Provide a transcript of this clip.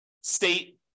state